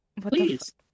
Please